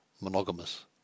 monogamous